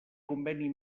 conveni